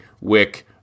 wick